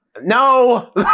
No